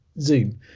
Zoom